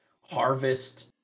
harvest